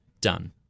done